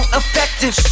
effective